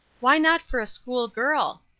why not for a school-girl?